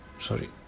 sorry